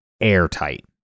airtight